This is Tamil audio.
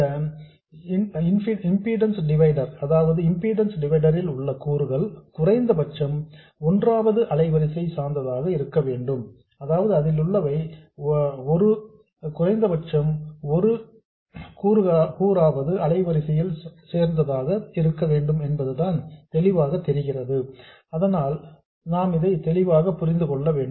இந்த இம்பிடன்ஸ் டிவைடர் ல் உள்ள கூறுகளில் குறைந்தபட்சம் ஒன்றாவது அலைவரிசை சார்ந்ததாக இருக்க வேண்டும் என்பது மிகவும் தெளிவாக தெரிகிறது